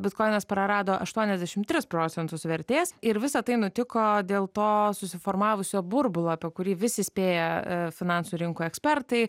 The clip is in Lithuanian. bitkoinas prarado aštuoniasdešimt tris procentus vertės ir visa tai nutiko dėl to susiformavusio burbulo apie kurį vis įspėja finansų rinkų ekspertai